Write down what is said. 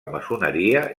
maçoneria